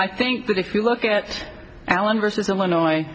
i think that if you look at allen versus illinois